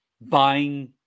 buying